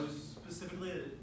Specifically